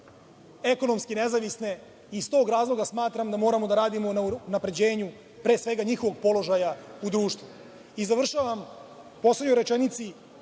ekonomski nezavisne i iz tog razloga smatram da moramo da radimo na unapređenju pre svega njihovog položaja u društvu. Završavam u poslednjoj rečenici,